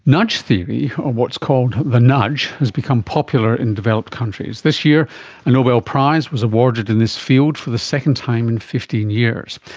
nudge theory or what's called the nudge has become popular in developed countries. this year a nobel prize was awarded in this field for the second time in fifteen years.